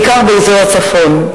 בעיקר באזור הצפון.